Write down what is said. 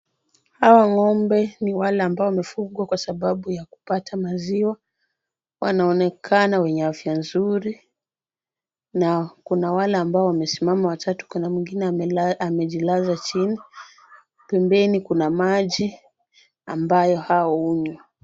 Hawa ng'ombe ni wale ambao wamefugwa kwa sababu ya kupata maziwa. Wanaonekana wenye afya nzuri na kuna wale ambao wamesimama watatu. Kuna mwingine amejilaza chini. Pembeni kuna maji ambayo wao hunywa.